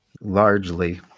Largely